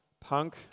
punk